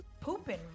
pooping